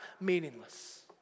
meaningless